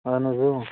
اَہَن حظ